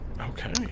Okay